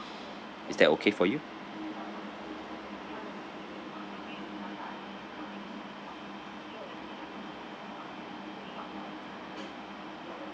is that okay for you